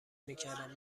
میکردند